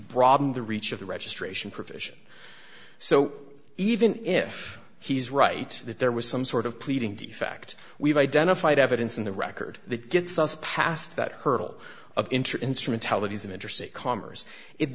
broaden the reach of the registration provision so even if he's right that there was some sort of pleading to the fact we've identified evidence in the record that gets us past that hurdle of i